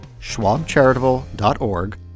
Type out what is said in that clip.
schwabcharitable.org